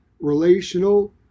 relational